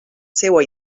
seua